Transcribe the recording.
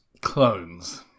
Clones